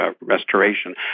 restoration